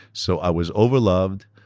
so, i was overloved,